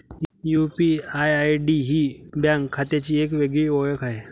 UPI ID ही bank खात्याची एक वेगळी ओळख आहे